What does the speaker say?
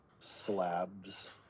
Slabs